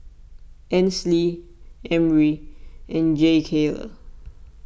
Ansley Emry and Jakayla